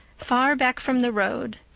far back from the road,